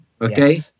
okay